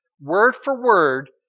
word-for-word